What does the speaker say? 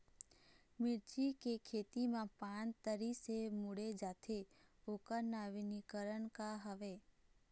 मिर्ची के खेती मा पान तरी से मुड़े जाथे ओकर नवीनीकरण का हवे?